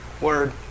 Word